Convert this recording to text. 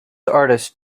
artist